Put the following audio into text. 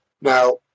Now